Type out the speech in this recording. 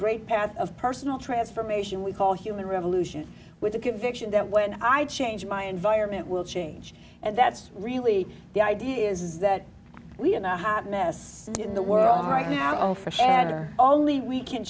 great path of personal transformation we call human revolution with the conviction that when i change my environment will change and that's really the idea is that we are in a hot mess in the world right now ofa anger only we can